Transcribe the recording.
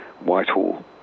Whitehall